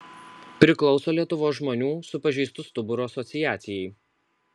priklauso lietuvos žmonių su pažeistu stuburu asociacijai